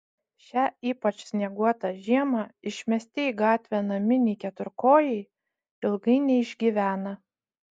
šią ypač snieguotą žiemą išmesti į gatvę naminiai keturkojai ilgai neišgyvena